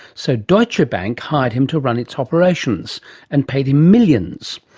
so, deutsche bank hired him to run its operations and paid him millions.